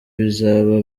bizaba